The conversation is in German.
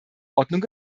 verordnung